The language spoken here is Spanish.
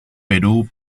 perú